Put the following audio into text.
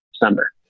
December